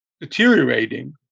deteriorating